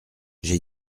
j’ai